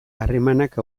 harremanak